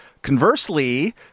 Conversely